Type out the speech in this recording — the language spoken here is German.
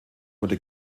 wurde